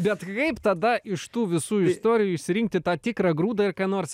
bet kaip tada iš tų visų istorijų išsirinkti tą tikrą grūdą ir ką nors